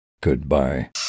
Goodbye